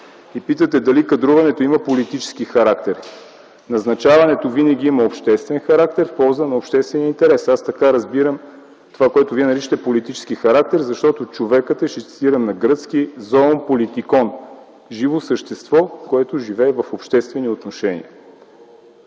Питате дали кадруването има политически характер. Назначаването винаги има обществен характер в полза на обществен интерес. Аз така разбирам това, което Вие наричате политически характер, защото човекът е – ще цитирам на гръцки: „Зоон политикон” – „Живо същество, което живее в обществени отношения”.